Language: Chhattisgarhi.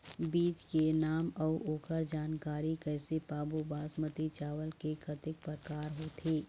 बीज के नाम अऊ ओकर जानकारी कैसे पाबो बासमती चावल के कतेक प्रकार होथे?